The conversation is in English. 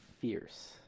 Fierce